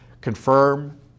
confirm